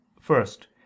First